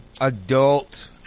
Adult